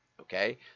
Okay